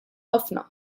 ħafna